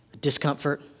discomfort